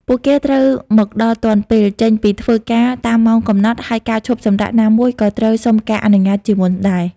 ពួកគេត្រូវមកដល់ទាន់ពេល ចេញពីធ្វើការតាមម៉ោងកំណត់ ហើយការឈប់សម្រាកណាមួយក៏ត្រូវសុំការអនុញ្ញាតជាមុនដែរ។